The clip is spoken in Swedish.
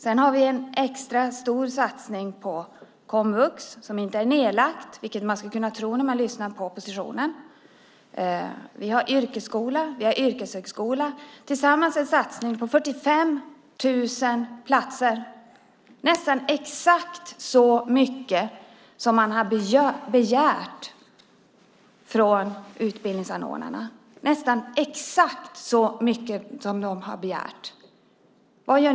Vi gör en extra stor satsning på komvux, som inte är nedlagt vilket man skulle kunna tro när man lyssnar på oppositionen. Vi har yrkesskola och yrkeshögskola. Sammantaget är det en satsning på 45 000 platser, nästan exakt så många som utbildningsanordnarna hade begärt. Vad gör oppositionen?